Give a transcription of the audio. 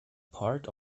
part